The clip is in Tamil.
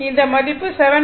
இந்த மதிப்பு 7